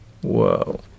Whoa